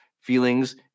feelings